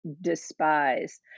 despise